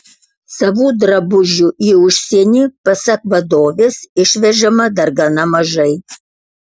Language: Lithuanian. savų drabužių į užsienį pasak vadovės išvežama dar gana mažai